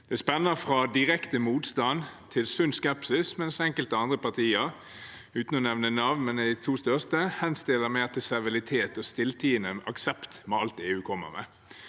Det spenner fra direkte motstand til sunn skepsis, mens enkelte andre partier – uten å nevne navn, men det er de to største – henstiller mer til servilitet og stilltiende aksept av alt EU kommer med.